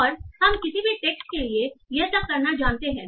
और हम किसी भी टेक्स्ट के लिए ये सब करना जानते हैं